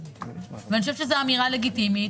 אני חושבת שזו אמירה לגיטימית.